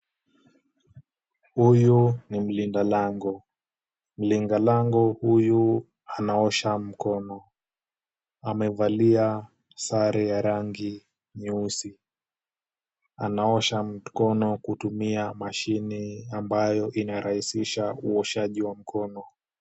Huyu ni mlinda lango. Mlinda lango huyu anaosha mkono. Amevalia sare ya rangi nyeusi. Anaosha mkono kutumia mashine ambayo inarahisisha uoshaji wa mkono.